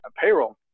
payroll